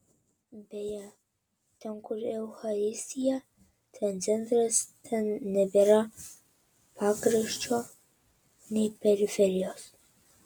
beje ten kur eucharistija ten centras ten nebėra pakraščio nei periferijos